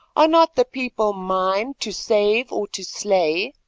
are not the people mine to save or to slay?